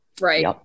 right